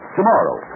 tomorrow